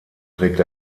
trägt